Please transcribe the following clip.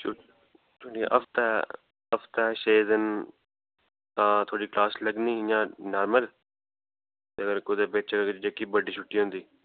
हफ्ते हफ्ते छे दिन तां थुआढ़ी क्लॉस लग्गनी नॉर्मल अगर कुदै बिच कुदै बड्डी छुट्टी होंदी